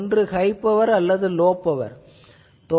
ஒன்று high power அல்லது low power ஆகும்